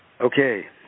Okay